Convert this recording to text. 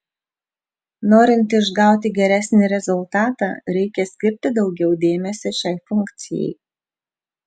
norint išgauti geresnį rezultatą reikia skirti daugiau dėmesio šiai funkcijai